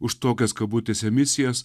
už tokias kabutėse misijas